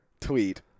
tweet